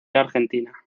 argentina